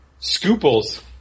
Scooples